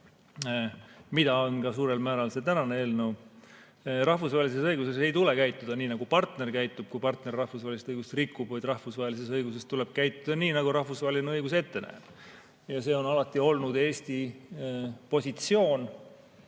mida on suurel määral ka see tänane eelnõu. Rahvusvahelises õiguses ei tule käituda nii, nagu partner käitub, kui partner rahvusvahelist õigust rikub. Rahvusvahelises õiguses tuleb käituda nii, nagu rahvusvaheline õigus ette näeb. Ja see on alati olnud Eesti positsioon.